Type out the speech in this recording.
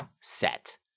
set